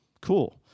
Cool